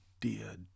dear